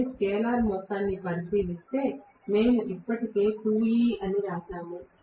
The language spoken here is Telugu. నేను స్కేలార్ మొత్తాన్ని పరిశీలిస్తే మేము ఇప్పటికే 2E అని వ్రాసాము